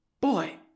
Boy